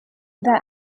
إذا